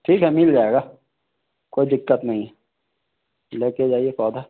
ठीक है मिल जाएगा कोई दिक्कत नहीं लेके जाइए पौधा